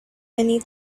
many